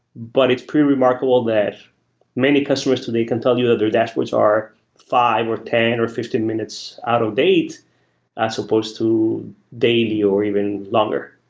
but it's pretty remarkable that many customers today can tell you that their dashboards are five, or ten, or fifteen minutes out of date as supposed to daily or even longer.